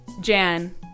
Jan